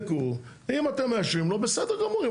ואם אתם מאשרים לו, בסדר גמור.